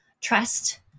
trust